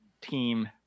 team